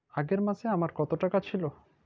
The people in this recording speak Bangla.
আগের মাসে আমার কত টাকা ছিল?